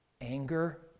anger